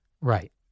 Right